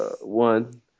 one